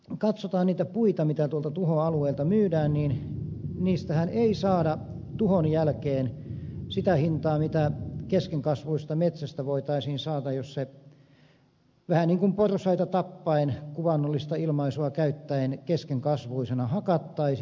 kun nyt sitten katsotaan niitä puita mitä tuolta tuhoalueelta myydään niin niistähän ei saada tuhon jälkeen sitä hintaa mitä keskenkasvuisesta metsästä voitaisiin saada jos se vähän niin kuin porsaita tappaen kuvaannollista ilmaisua käyttäen keskenkasvuisena hakattaisiin